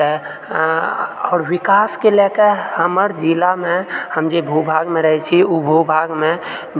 तऽ आओर विकासके लए के हमर जिलामे हम जे भू भागमे रहैत छी ओ भू भागमे